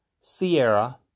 Sierra